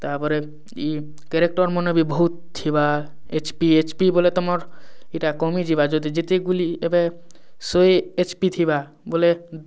ତା'ପରେ ଇ କାରେକ୍ଟର ମାନେ ବି ବହୁତ ଥିବା ଏଚ୍ ପି ଏଚ୍ ପି ବୋଲେ ତୁମର ଇଏଟା କମିଯିବା ଯଦି ଯେତେ ଗୁଲି ଏବେ ଶହେ ଏଚ୍ ପି ଥିବା ବୋଲେ